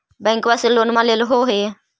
बैंकवा से लोनवा लेलहो हे?